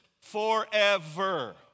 forever